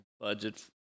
budget